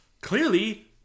clearly